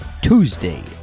Tuesday